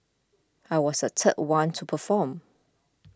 I was the third one to perform